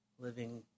living